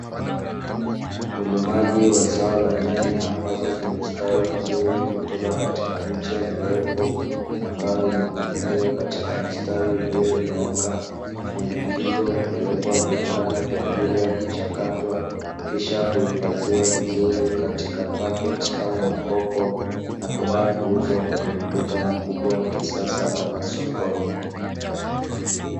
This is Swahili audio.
Ulimaji wa zao la nyanya ambazo zimestawi vizuri kutoka katika miche mirefu ambayo imepangiliwa katika mistari iliyonyooka nyanya hizo hupelekwa viwandani kwa ajili ya kuchakatwa kisha kuhifadhiwa vizuri katika paketi au makopo na kwenda kuuzwa kwenye maduka makubwa ya kisasa au masokoni.